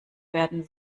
werden